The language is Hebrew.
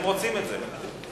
הם רוצים את זה.